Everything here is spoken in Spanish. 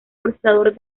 procesador